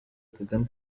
kagame